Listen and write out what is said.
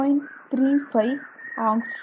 35 angstrom